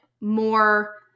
more